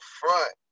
front